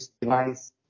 device